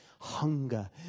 hunger